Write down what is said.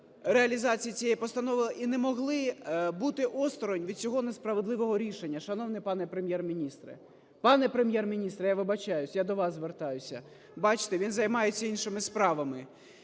реалізації цієї постанови і не могли бути осторонь від цього несправедливого рішення. Шановний пане Прем'єр-міністре! Пане Прем'єр-міністре, я вибачаюся, я до вас звертаюся. Бачите, він займається іншими справами.